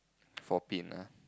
four pin ah